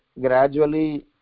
Gradually